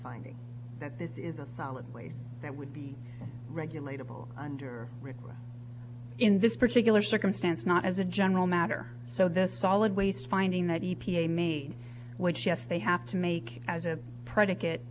finding that this is a solid waste that would be regulated under requests in this particular circumstance not as a general matter so this solid waste finding that e p a made which yes they have to make as a predicate